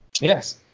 yes